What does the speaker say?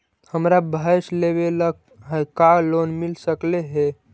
हमरा भैस लेबे ल है का लोन मिल सकले हे?